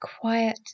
quiet